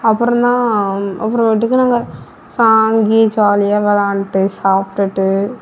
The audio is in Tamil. அப்புறம்தான் அப்புறமேட்டுக்கு நாங்கள் சா அங்கேயே ஜாலியாக விளாண்டுட்டு சாப்பிட்டுட்டு